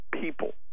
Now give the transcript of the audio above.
people